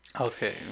Okay